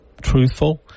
truthful